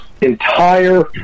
entire